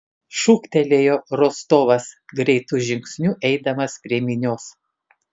šūktelėjo rostovas greitu žingsniu eidamas prie minios